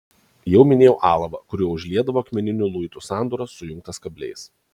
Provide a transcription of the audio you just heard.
jau minėjau alavą kuriuo užliedavo akmeninių luitų sandūras sujungtas kabliais